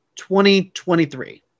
2023